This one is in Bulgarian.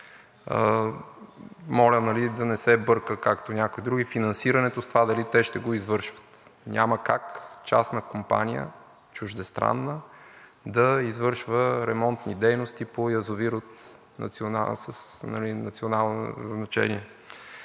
Моля, да не се бърка, както и някои други, финансирането с това дали те ще го извършат. Няма как частна чуждестранна компания да извършва ремонтни дейности по язовир с национално значение.